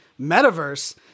metaverse